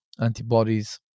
antibodies